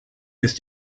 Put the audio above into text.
ist